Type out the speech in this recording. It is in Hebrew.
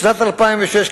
בשנת 2006,